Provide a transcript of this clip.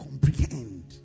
comprehend